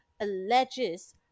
alleges